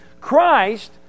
Christ